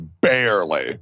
barely